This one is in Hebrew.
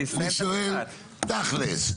אני שואל תכלס,